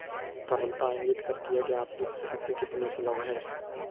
तरलता इंगित करती है कि आपकी संपत्ति कितनी सुलभ है